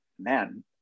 man